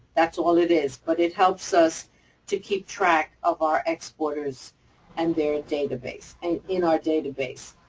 that's all it is. but it helps us to keep track of our exporters and their database and in our database.